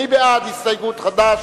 מי בעד ההסתייגות של חד"ש?